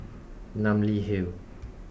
Namly Hill